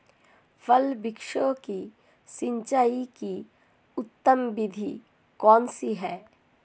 फल वृक्षों की सिंचाई की उत्तम विधि कौन सी है?